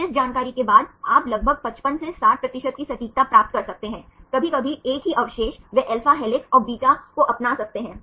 फिर इस जानकारी के बाद आप लगभग 55 से 60 प्रतिशत की सटीकता प्राप्त कर सकते हैं कभी कभी एक ही अवशेष वे alpha हेलिक्स और betaअधिकार को अपना सकते हैं